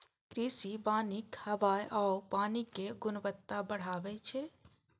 कृषि वानिक हवा आ पानिक गुणवत्ता बढ़बै छै